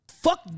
Fuck